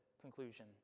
conclusion